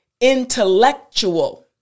intellectual